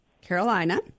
carolina